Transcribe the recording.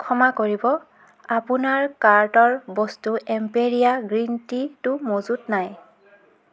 ক্ষমা কৰিব আপোনাৰ কাৰ্টৰ বস্তু এম্পেৰীয়া গ্ৰীণ টিটো মজুত নাই